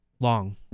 Long